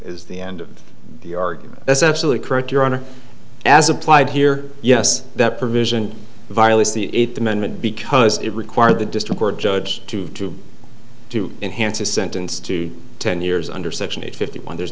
is the end of the argument that's absolutely correct your honor as applied here yes that provision violates the eighth amendment because it required the district court judge to do to enhance his sentence to ten years under section eight fifty one there's